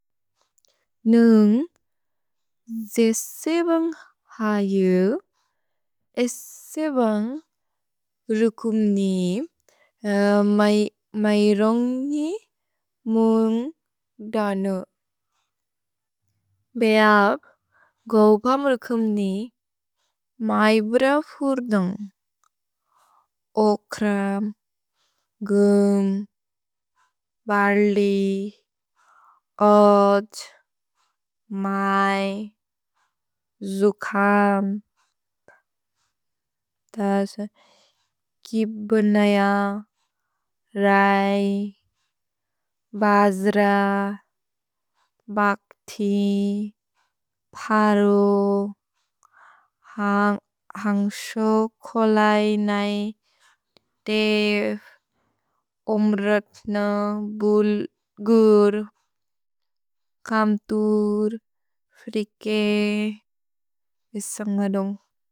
नुन्ग् द्जिसिबन्ग् हयु, एसिबन्ग् रुकुम् नि मय् रोन्ग् नि मुन्ग् दनु। भेअप् गोगम् रुकुम् नि मय् ब्र फुर्दुन्ग्। नुन्ग् द्जिसिबन्ग् हयु, एसिबन्ग् रुकुम् नि मय् ब्र फुर्दुन्ग्।